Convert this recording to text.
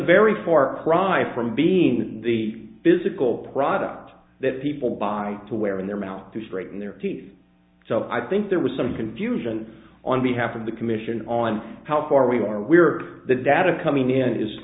very far cry from being the physical product that people buy to wear in their mouth to straighten their teeth so i think there was some confusion on behalf of the commission on how far we are weird the data coming in is